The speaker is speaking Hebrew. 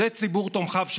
תשמעו,